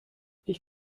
ich